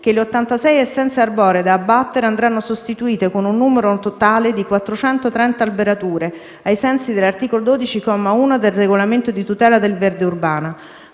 che le 86 essenze arboree da abbattere andranno sostituite con un numero totale di 430 alberature, ai sensi dell'articolo 12, comma 1, del regolamento di tutela del verde urbano,